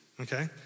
okay